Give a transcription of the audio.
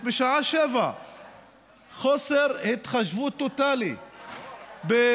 בשעה 07:00. חוסר התחשבות טוטלי באנשים,